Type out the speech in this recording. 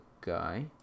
guy